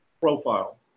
profile